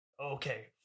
Okay